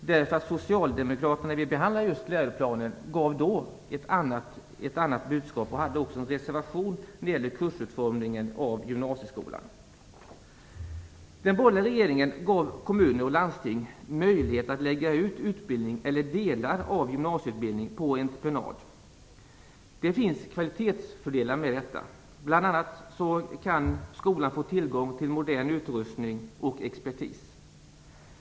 När läroplanen behandlades i riksdagen gav Socialdemokraterna ett annat budskap och reserverade sig i fråga om kursutformningen i gymnasieskolan. Den borgerliga regeringen gav kommuner och landsting möjlighet att lägga ut hela eller delar av gymnasieutbildningen på entreprenad. Det finns kvalitetsfördelar med detta. Bl.a. kan skolan få tillgång till modern utrustning och expertis.